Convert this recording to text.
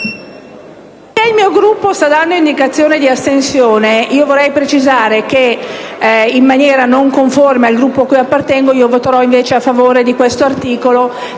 il mio Gruppo sta dando indicazione di astenersi dal voto, vorrei precisare che, in maniera non conforme al Gruppo a cui appartengo, voterò a favore dell'articolo